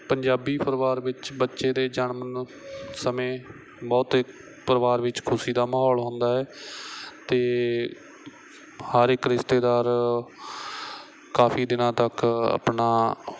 ਪੰਜਾਬੀ ਪਰਿਵਾਰ ਵਿੱਚ ਬੱਚੇ ਦੇ ਜਨਮ ਸਮੇਂ ਬਹੁਤ ਪਰਿਵਾਰ ਵਿੱਚ ਖੁਸ਼ੀ ਦਾ ਮਾਹੌਲ ਹੁੰਦਾ ਹੈ ਅਤੇ ਹਰ ਇੱਕ ਰਿਸ਼ਤੇਦਾਰ ਕਾਫ਼ੀ ਦਿਨਾਂ ਤੱਕ ਆਪਣਾ